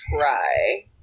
try